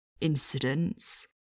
incidents